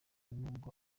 n’ubwo